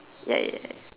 ya ya ya